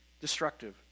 destructive